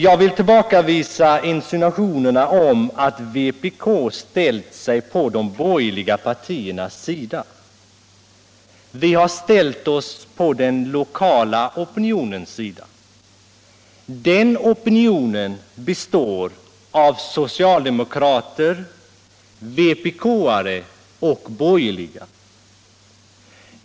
Jag vill tillbakavisa insinuationerna om att vpk ställt sig på de borgerliga partiernas sida. Vi har ställt oss på den lokala opinionens sida. Den opinionen består av socialdemokrater, vpk:are och borgerliga.